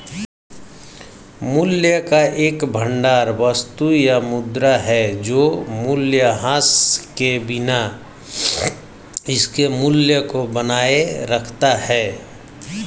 मूल्य का एक भंडार वस्तु या मुद्रा है जो मूल्यह्रास के बिना इसके मूल्य को बनाए रखता है